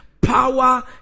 power